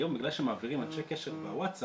היום בגלל שמעבירים אנשי קשר מהוואסטאפ,